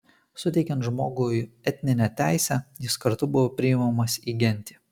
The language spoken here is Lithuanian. suteikiant žmogui etninę teisę jis kartu buvo priimamas į gentį